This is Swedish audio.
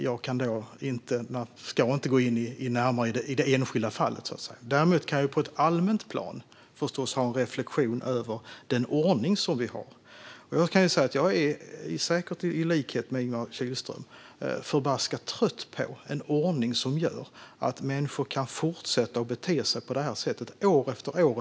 Jag kan och ska inte gå in närmare på det enskilda fallet. Däremot kan jag förstås på ett allmänt plan ha en reflektion över den ordning som vi har. Jag är, säkert i likhet med Ingemar Kihlström, förbaskat trött på en ordning som gör att människor kan fortsätta att bete sig på det här sättet år efter år.